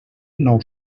nou